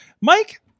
Mike